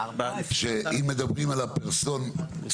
שאם מדברים על הפרסונות.